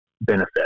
benefit